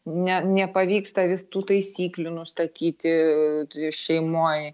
ne nepavyksta vis tų taisyklių nustatyti šeimoj